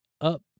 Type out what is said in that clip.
up